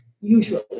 usually